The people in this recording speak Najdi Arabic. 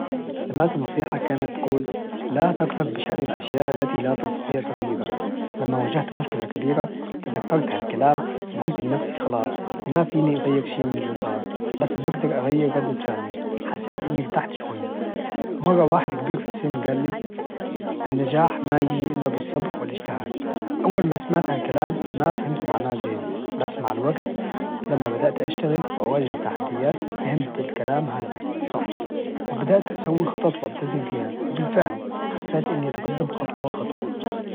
سمعت نصيحة كانت تقول لا تقلق بشأن الأشياء التي لا تستطيع تغييرها، لما واجهت مشكلة كبيرة تذكرت هالكلام وقلت لنفسي خلاص ما فيني أغير شي من إللي صار بس بقدر أغير ردت فعلي، حسيت إني قطعت شوية، مرة واحد كبير في السن قال لي النجاح ما يجي إلا بالصبر والاجتهاد، أول ما سمعت هالكلام ما فهمت معناه زين بس مع الوقت لما بدأت أشتغل وواجهت تحديات فهمت الكلام هذا صح، وبدأت أسوي خطط وألتزم فيها وبالفعل حسيت إني أتقدم خطوة خطوة.